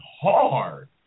hard